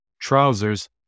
trousers